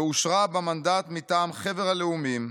ואושרה במנדט מטעם חבר הלאומים,